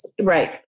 Right